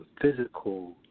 physical